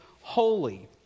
holy